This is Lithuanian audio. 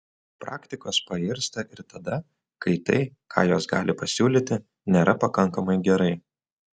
praktikos pairsta ir tada kai tai ką jos gali pasiūlyti nėra pakankamai gerai